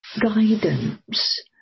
guidance